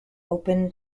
open